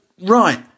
right